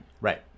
Right